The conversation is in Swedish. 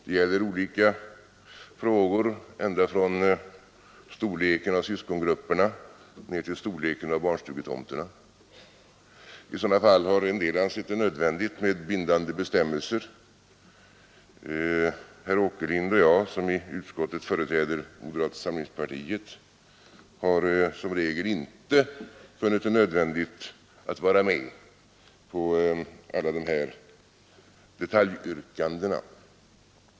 Det gäller olika frågor ända från storleken av syskongrupperna till storleken av barnstugetomterna. I sådana fall har en del ansett det nödvändigt med bindande bestämmelser. Herr Åkerlind och jag, som i utskottet företräder moderata samlingspartiet, har som regel inte funnit det nödvändigt att vara med på alla dessa detaljyrkanden.